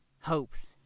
hopes